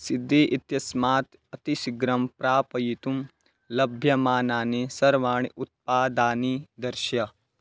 सीधि इत्यस्मात् अतिशीघ्रं प्रापयितुं लभ्यमानानि सर्वाणि उत्पाद्यानि दर्शय